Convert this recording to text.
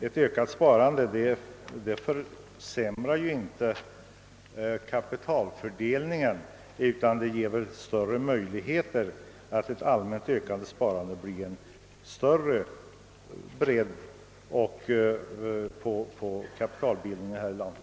Ett ökat sparande försämrar inte kapitalets fördelning; tvärtom medför ett allmänt ökat sparande större bredd på kapitalbildningen här i landet.